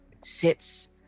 sits